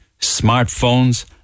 smartphones